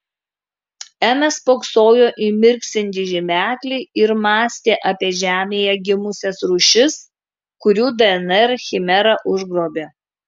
ema spoksojo į mirksintį žymeklį ir mąstė apie žemėje gimusias rūšis kurių dnr chimera užgrobė